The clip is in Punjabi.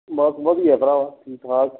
ਬਸ ਵਧੀਆ ਭਰਾਵਾ ਠੀਕ ਠਾਕ